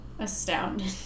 astounded